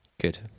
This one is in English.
good